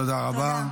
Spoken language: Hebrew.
תודה רבה.